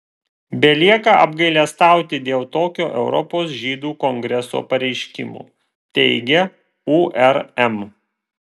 belieka apgailestauti dėl tokio europos žydų kongreso pareiškimo teigia urm